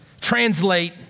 translate